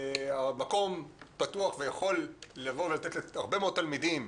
המקום פתוח ויכול לתת להרבה מאוד תלמידים,